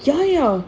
ya ya